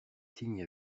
signes